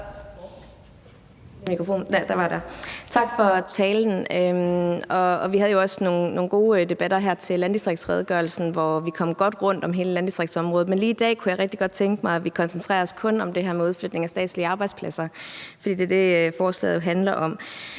Tak for talen. Vi havde også nogle gode debatter her i forbindelse med landdistriktsredegørelsen, hvor vi kom godt rundt om hele landdistriktsområdet. Men lige i dag kunne jeg rigtig godt tænke mig, at vi kun koncentrerede os om det her med udflytning af statslige arbejdspladser, for det er jo det, forslaget handler om.